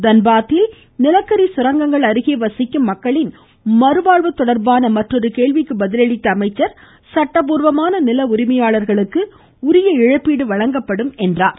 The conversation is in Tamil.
தன்பாத்தில் நிலக்கரி சுரங்கங்கள் அருகே வசிக்கும் மக்களின் மறுவாழ்வு தொடர்பான கேள்விக்கு பதிலளித்த அமைச்சர் நில உரிமையாளர்களுக்கு உரிய இழப்பீடு வழங்கப்படும் என்றார்